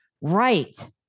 Right